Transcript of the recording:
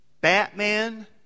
Batman